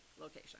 location